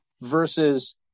versus